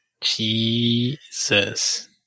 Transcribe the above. Jesus